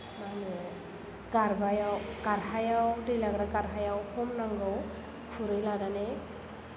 मा होनो गारहायाव दै लाग्रा गारहायाव हमनांगौ खुरै लानानै